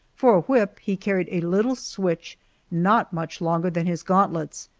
for a whip he carried a little switch not much longer than his gauntlets,